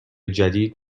جدید